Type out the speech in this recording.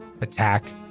attack